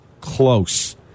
close